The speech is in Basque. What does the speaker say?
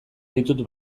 ditut